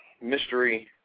mystery